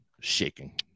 shaking